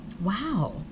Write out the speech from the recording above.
Wow